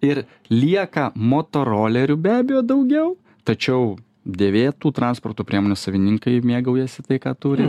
ir lieka motorolerių be abejo daugiau tačiau dėvėtų transporto priemonių savininkai mėgaujasi tai ką turi